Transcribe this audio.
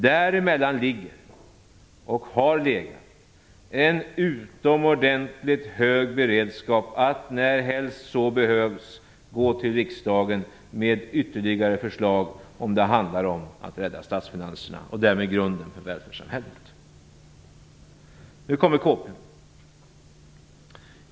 Däremellan ligger och har legat en utomordentligt hög beredskap att närhelst så behövs gå till riksdagen med ytterligare förslag om det handlar om att rädda statsfinanserna och därmed grunden för välfärdssamhället. Nu kommer KP.